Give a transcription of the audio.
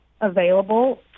available